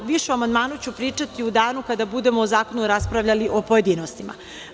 Više o amandmanu ću pričati u danu kada budemo o Zakonu raspravljali u pojedinostima.